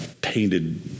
painted